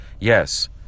yes